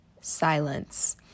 silence